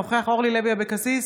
אינו נוכח אורלי לוי אבקסיס,